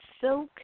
silk